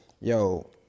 yo